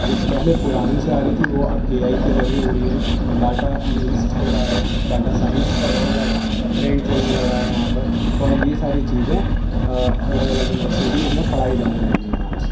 جو پہلے پرانے سے آ رہی تھیں وہ اب اے آئی کے ذریعے ہو رہی ہیں ڈاٹا انالسٹ ہو رہا ہے ڈاٹا سائنس کا بہت زیادہ ٹرینڈ چلنے لگا ہے یہاں پر اور یہ ساری چیزیں الگ الگ یونیورسٹیز میں پڑھائی جانے لگی ہیں آج